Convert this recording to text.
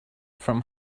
from